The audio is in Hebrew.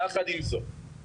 יחד עם זאת,